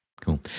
Cool